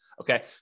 Okay